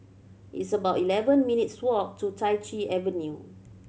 it's about eleven minutes' walk to Chai Chee Avenue